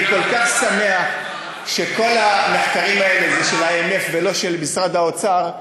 אני כל כך שמח שכל המחקרים האלה הם של ה-IMF ולא של משרד האוצר.